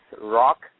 rock